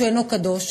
שאינו קדוש,